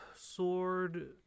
sword